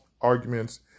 arguments